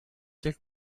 telle